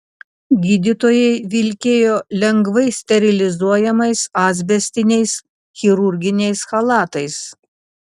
gydytojai vilkėjo lengvai sterilizuojamais asbestiniais chirurginiais chalatais